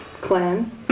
clan